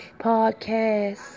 podcast